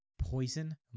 Poison